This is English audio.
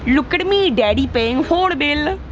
look at me. daddy paying for bill.